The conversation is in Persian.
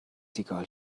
سیگال